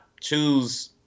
choose